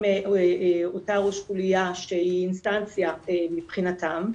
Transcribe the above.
עם אותה ראש חוליה שהיא אינסטנציה מבחינתם,